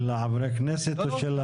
של חברי הכנסת או?